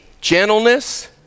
gentleness